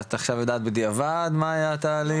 שאת עכשיו יודעת בדיעבד מה היה התהליך?